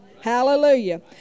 Hallelujah